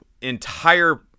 entire